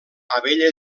abella